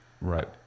Right